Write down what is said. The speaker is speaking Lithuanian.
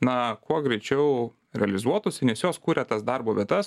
na kuo greičiau realizuotųsi nes jos kuria tas darbo vietas